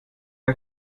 der